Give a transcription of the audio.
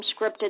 scripted